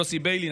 יוסי ביילין,